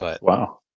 Wow